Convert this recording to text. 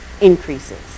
increases